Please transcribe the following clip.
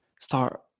start